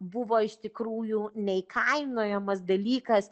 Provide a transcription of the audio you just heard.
buvo iš tikrųjų neįkainojamas dalykas